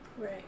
right